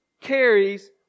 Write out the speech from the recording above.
carries